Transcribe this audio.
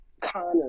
Connor